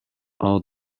all